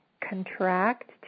contract